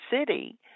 City